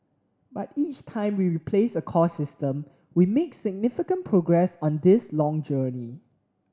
but each time we replace a core system we make significant progress on this long journey